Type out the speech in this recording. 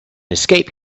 escape